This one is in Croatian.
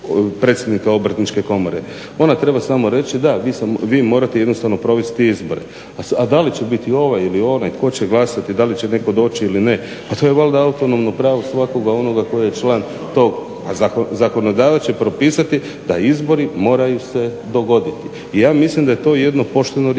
Obrtničke komore? Ona treba samo reći da, vi morate jednostavno provesti izbora. A da li će biti ovaj ili onaj tko će glasati, da li će netko doći ili ne, a to je valjda autonomno pravo svakoga onoga tko je član tog, a zakonodavac će propisati da izbori se moraju dogoditi. Ja mislim da je to jedno pošteno rješenje